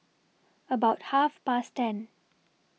about Half Past ten